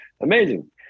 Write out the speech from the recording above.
Amazing